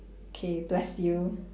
okay bless you